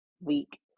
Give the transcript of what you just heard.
week